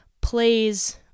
plays